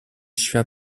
świat